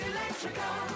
Electrical